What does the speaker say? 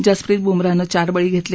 जसप्रित बुमराहनं चार बळी घेतले